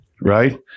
right